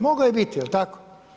Mogao je biti, jel tako?